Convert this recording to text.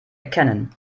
erkennen